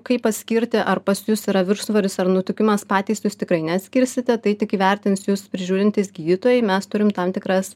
kaip atskirti ar pas jus yra viršsvoris ar nutukimas patys jūs tikrai neatskirsite tai tik įvertins jus prižiūrintys gydytojai mes turim tam tikras